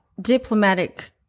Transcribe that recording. diplomatic